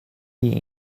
the